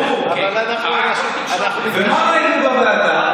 ברור, ומה ראינו בוועדה?